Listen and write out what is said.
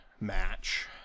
match